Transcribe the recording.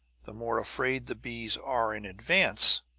the more afraid the bees are in advance,